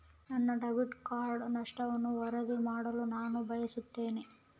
ನನ್ನ debit card ನಷ್ಟವನ್ನು ವರದಿ ಮಾಡಲು ನಾನು ಬಯಸುತ್ತೇನೆ